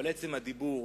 אבל עצם הדיבור,